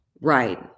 Right